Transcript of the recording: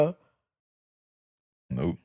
Nope